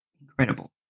incredible